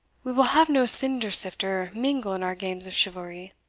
we will have no cinder-sifter mingle in our games of chivalry.